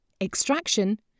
extraction